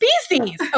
species